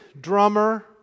drummer